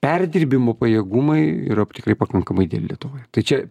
perdirbimo pajėgumai yra tikrai pakankamai deli lietuvoj tai čia